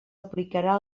aplicarà